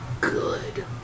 Good